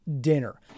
dinner